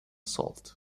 salt